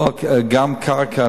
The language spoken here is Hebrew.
גם קרקע.